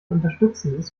unterstützendes